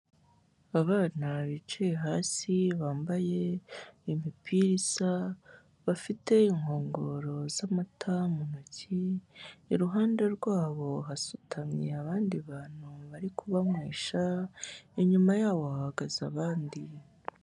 Abana bicaye hasi bambaye imipira isa, bafite inkongoro z'amata mu ntoki, iruhande rwabo hasutamye abandi bantu bari kubanywesha inyuma yabo hahagaze abandi.